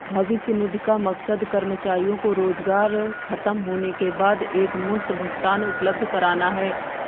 भविष्य निधि का मकसद कर्मचारियों को रोजगार ख़तम होने के बाद एकमुश्त भुगतान उपलब्ध कराना है